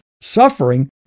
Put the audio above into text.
suffering